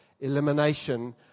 elimination